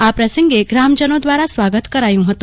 આ પ્રસંગે ગ્રામજનો દ્વારા સ્વાગત કર્યું હતું